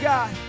God